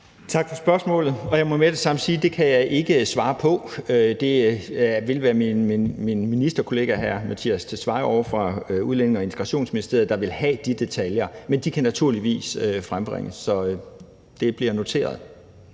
Tak for spørgsmålet. Jeg må med det samme sige, at det kan jeg ikke svare på. Det vil være min ministerkollega hr. Mattias Tesfaye ovre fra Udlændinge- og Integrationsministeriet, der vil have de detaljer, men de kan naturligvis frembringes – så det bliver noteret.